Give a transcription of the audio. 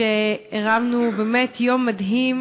הרמנו באמת יום מדהים.